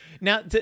Now